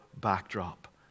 backdrop